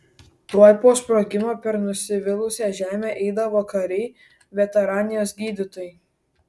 tuoj po sprogimo per nusvilusią žemę eidavo kariai veterinarijos gydytojai